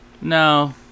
No